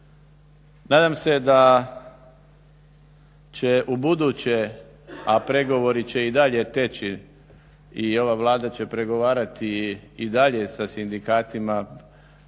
Nadam se da će ubuduće, a pregovori će i dalje teći i ova Vlada će pregovarati i dalje sa sindikatima